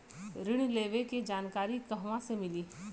ऋण लेवे के जानकारी कहवा से मिली?